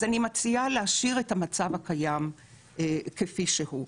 אז אני מציעה להשאיר את המצב הקיים כפי שהוא.